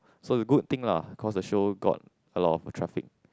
so good thing lah cause the show got a lot of traffic